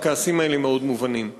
והכעסים האלה מאוד מובנים.